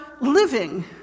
living